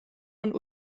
und